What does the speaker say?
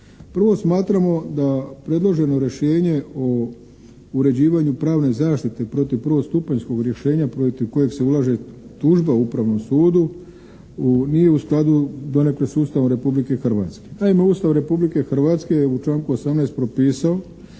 Prvo smatramo da predloženo rješenje o uređivanju pravne zaštite protiv prvostupanjskog rješenja protiv kojeg se ulaže tužba Upravnom sudu nije u skladu donekle s Ustavom Republike Hrvatske. Naime, Ustav Republike Hrvatske je u članku 18. propisao